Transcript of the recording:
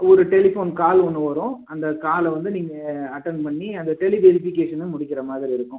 ஒரு telephone call ஒன்று வரும் அந்த காலை வந்து நீங்கள் அட்டன் பண்ணி அந்த டெலி வெரிஃபிகேஷனும் முடிக்கிற மாதிரி இருக்கும்